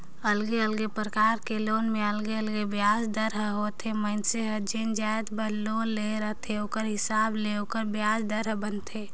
अलगे अलगे परकार के लोन में अलगे अलगे बियाज दर ह होथे, मइनसे हर जे जाएत बर लोन ले रहथे ओखर हिसाब ले ओखर बियाज दर बनथे